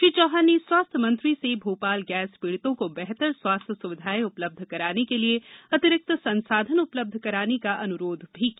श्री चौहान ने स्वास्थ्य मंत्री से भाोपाल गैस पीड़ितों को बेहतर स्वास्थ्य सुविधाये उपलब्ध कराने के लिए अतिरिक्त संसाधन उपलब्ध कराने का अनुरोध भी किया